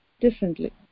Differently